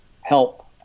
help